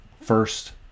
First